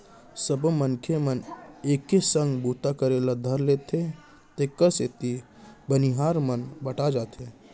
सबो मनखे मन एके संग बूता करे ल धर लेथें तेकर सेती बनिहार मन बँटा जाथें